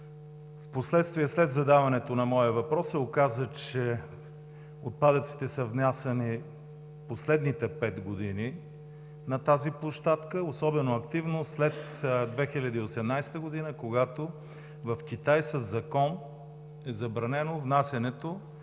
Впоследствие, след задаването на моя въпрос, се оказа, че отпадъците са внасяни последните пет години на тази площадка – особено активно след 2018 г., когато в Китай със закон е забранено внасянето